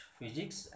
Physics &